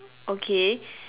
okay